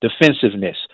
defensiveness